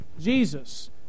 Jesus